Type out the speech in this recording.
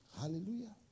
Hallelujah